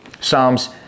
Psalms